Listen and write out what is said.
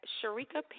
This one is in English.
Sharika